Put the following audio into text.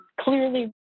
Clearly